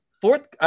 Fourth